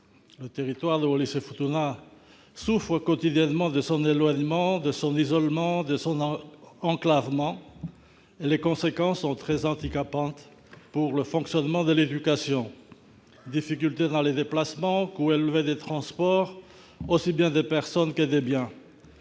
Le territoire de Wallis-et-Futuna souffre quotidiennement de son éloignement, de son isolement, de son enclavement, et les conséquences sont très handicapantes pour le fonctionnement de l'éducation : difficultés dans les déplacements, coût élevé des transports, aussi bien des personnes que des biens.